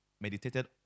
meditated